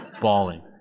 bawling